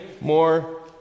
more